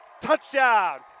Touchdown